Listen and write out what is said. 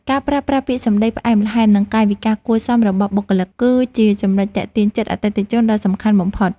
ការប្រើប្រាស់ពាក្យសម្តីផ្អែមល្ហែម និងកាយវិការគួរសមរបស់បុគ្គលិក គឺជាចំណុចទាក់ទាញចិត្តអតិថិជនដ៏សំខាន់បំផុត។